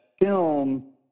film